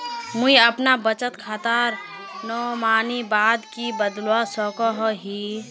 मुई अपना बचत खातार नोमानी बाद के बदलवा सकोहो ही?